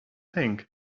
thing